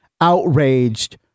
outraged